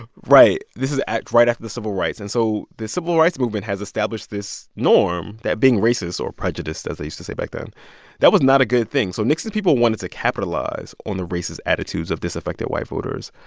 ah right. this is right after the civil rights. and so the civil rights movement has established this norm that being racist or prejudiced, as they used to say back then that was not a good thing. so nixon's people wanted to capitalize on the racist attitudes of disaffected white voters,